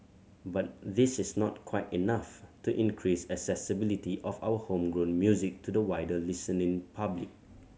but this is not quite enough to increase accessibility of our homegrown music to the wider listening public